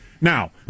Now